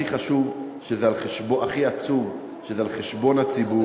הכי עצוב, שזה על חשבון הציבור.